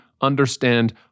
understand